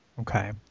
Okay